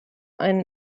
einen